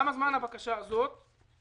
כמה זמן הבקשה הזאת יושבת.